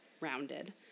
rounded